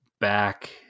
back